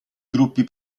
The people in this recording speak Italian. gruppi